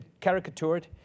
caricatured